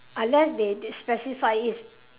unless they they specify is